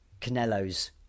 Canelo's